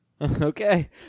Okay